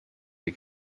der